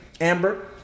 amber